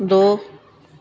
ਦੋ